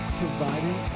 providing